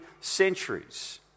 centuries